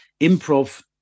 improv